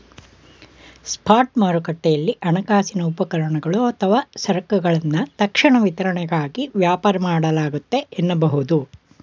spot ಮಾರುಕಟ್ಟೆಯಲ್ಲಿ ಹಣಕಾಸಿನ ಉಪಕರಣಗಳು ಅಥವಾ ಸರಕುಗಳನ್ನ ತಕ್ಷಣ ವಿತರಣೆಗಾಗಿ ವ್ಯಾಪಾರ ಮಾಡಲಾಗುತ್ತೆ ಎನ್ನಬಹುದು